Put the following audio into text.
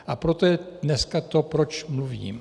A proto je dneska to, proč mluvím.